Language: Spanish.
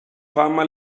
fama